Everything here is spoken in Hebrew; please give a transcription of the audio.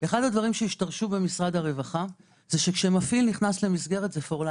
אחד הדברים שהשתרשו במשרד הרווחה זה שכשמפעיל נכנס למסגרת זה לכל החיים.